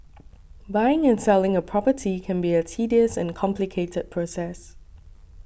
buying and selling a property can be a tedious and complicated process